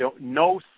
no